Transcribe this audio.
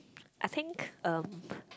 I think um